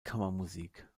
kammermusik